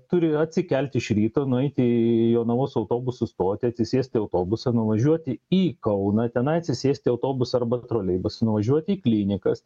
turiu atsikelti iš ryto nueiti į jonavos autobusų stotį atsisėsti autobusan nuvažiuoti į kauną tenai atsisėsti į autobusą arba troleibusą nuvažiuoti į klinikas